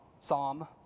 psalm